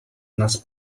нас